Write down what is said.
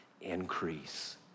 increase